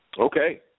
Okay